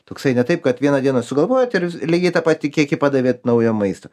toksai ne taip kad vieną dieną sugalvojot ir jūs lygiai tą patį kiekį padavėt naujo maisto